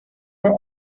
were